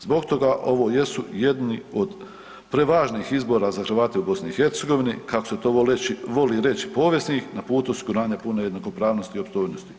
Zbog toga ovo jesu jedni od prevažnih izbora za Hrvate u BiH, kako se to voli reći povijesnih na putu osiguranja puno jednakopravnosti i opstojnosti.